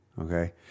Okay